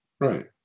Right